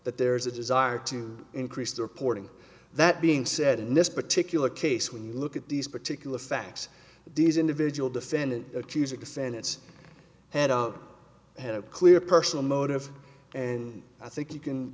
at there is a desire to increase the reporting that being said in this particular case when you look at these particular facts these individual defendant accusing the senate's head of had a clear personal motive and i think you can